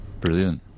Brilliant